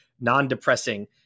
non-depressing